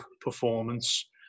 performance